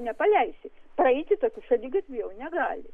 nepaleisi praeiti tokiu šaligatviu jau negali